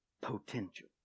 Potential